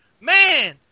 Man